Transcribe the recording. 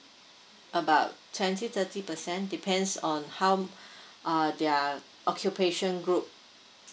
about twenty thirty percent depends on how um their uh occupation group